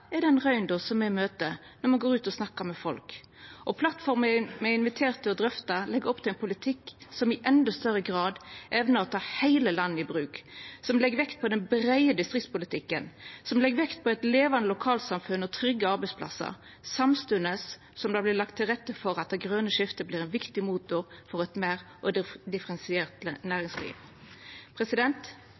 er den røynda me møter når me går ut og snakkar med folk. Og plattforma me er inviterte til å drøfta, legg opp til ein politikk som i endå større grad evnar å ta heile landet i bruk, som legg vekt på den breie distriktspolitikken, som legg vekt på levande lokalsamfunn og trygge arbeidsplassar, samstundes som det vert lagt til rette for at det grøne skiftet vert ein viktig motor for eit meir differensiert næringsliv.